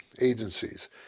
agencies